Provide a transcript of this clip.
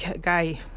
guy